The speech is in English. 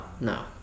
No